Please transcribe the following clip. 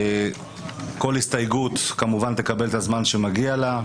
כל הסתייגות כמובן תקבל את הזמן שמגיע לה.